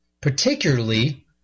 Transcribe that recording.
particularly